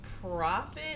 profit